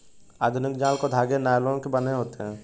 आधुनिक जाल के धागे नायलोन के बने होते हैं